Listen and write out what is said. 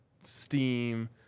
steam